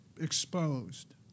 exposed